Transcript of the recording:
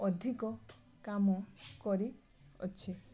ଅଧିକ କାମ କରିଅଛି